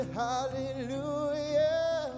hallelujah